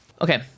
Okay